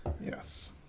Yes